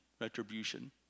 retribution